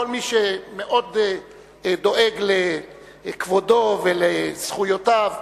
כל מי שמאוד דואג לכבודו ולזכויותיו,